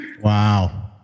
Wow